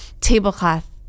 tablecloth